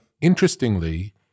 interestingly